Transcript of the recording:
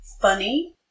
funny